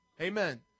Amen